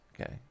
Okay